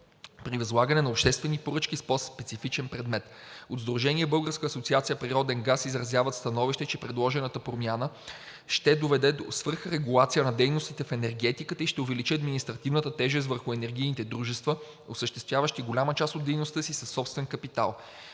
при възлагане на обществени поръчки с по-специфичен предмет. От Сдружение „Българска асоциация Природен газ“ изразяват становище, че предложената промяна ще доведе до свръхрегулация на дейностите в енергетиката и ще увеличи административната тежест върху енергийните дружества, осъществяващи голяма част от дейността си със собствен капитал.